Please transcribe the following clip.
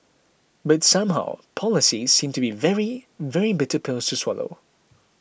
but somehow policies seem to be very very bitter pills to swallow